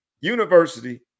University